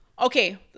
Okay